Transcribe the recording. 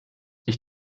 ich